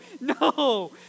no